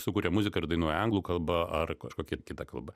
sukuria muziką ir dainuoja anglų kalba ar kažkokia kita kalba